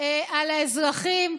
על האזרחים.